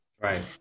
right